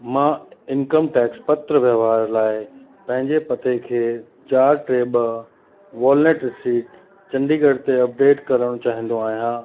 मां income tax पत्र व्यवहार लाइ पंहिंजे पते खे चार टे ॿ वॉलनट स्ट्रीट चंडीगढ़ ते अपडेट करणु चाहींदो आहियां